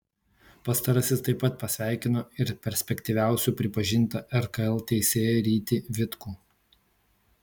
pastarasis taip pat pasveikino ir perspektyviausiu pripažintą rkl teisėją rytį vitkų